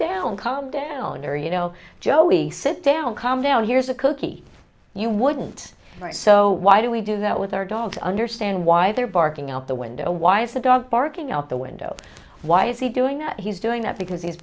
down calm down or you know joey sit down calm down here's a cookie you wouldn't write so why do we do that with our dog to understand why they're barking out the window why is the dog barking out the window why is he doing what he's doing that because he's